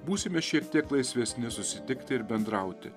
būsime šiek tiek laisvesni susitikti ir bendrauti